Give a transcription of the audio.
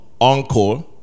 Encore